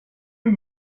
när